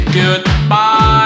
goodbye